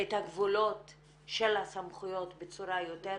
את הגבולות של הסמכויות בצורה יותר